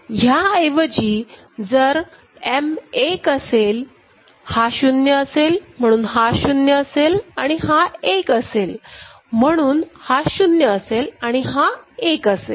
ह्या ऐवजी जर M १ असेल हा 0 असेलम्हणून हा 0 असेलआणि हा 1 असेल म्हणून हा 0 असेलआणि हा 1 असेल